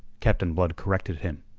captain blood corrected him.